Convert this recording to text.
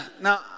Now